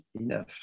enough